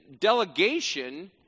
delegation